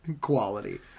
quality